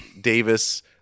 Davis